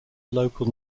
local